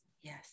yes